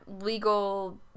legal